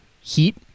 Heat